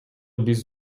биз